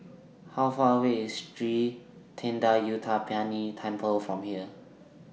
How Far away IS Sri Thendayuthapani Temple from here